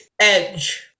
Edge